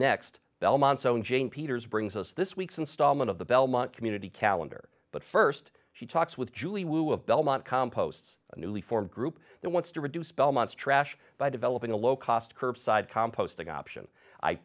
next belmont so jane peters brings us this week's installment of the belmont community calendar but first she talks with julie with belmont composts a newly formed group that wants to reduce belmont's trash by developing a low cost curbside composting option i